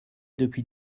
depuis